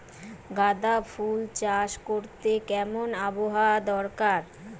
গাঁদাফুল চাষ করতে কেমন আবহাওয়া দরকার?